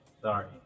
sorry